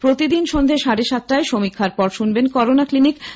প্রতিদিন সন্ধে সাড়ে সাতটায় সমীক্ষার পর শুনবেন করোনা ক্লিনিক